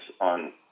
on